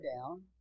down